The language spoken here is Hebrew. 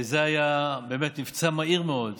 זה היה באמת מבצע מהיר מאוד.